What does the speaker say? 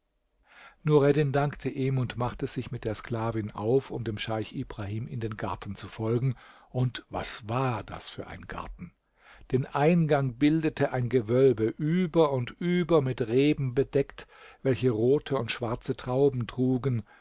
nureddin dankte ihm und machte sich mit der sklavin auf um dem scheich ibrahim in den garten zu folgen und was war das für ein garten den eingang bildete ein gewölbe über und über mit reben bedeckt welche rote und schwarze trauben trugen